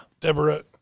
deborah